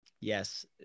Yes